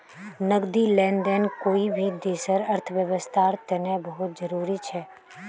नकदी लेन देन कोई भी देशर अर्थव्यवस्थार तने बहुत जरूरी छ